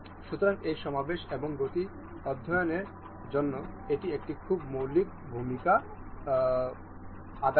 সুতরাং এই সমাবেশ এবং গতি অধ্যয়নের জন্য এটি একটি খুব মৌলিক ভূমিকা ছিল